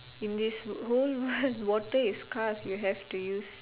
in this world water is scarce you have to use